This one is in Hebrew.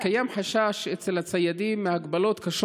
קיים חשש אצל הציידים מהגבלות קשות